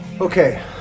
okay